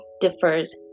differs